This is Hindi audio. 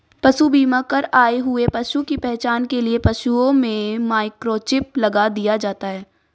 पशु बीमा कर आए हुए पशु की पहचान के लिए पशुओं में माइक्रोचिप लगा दिया जाता है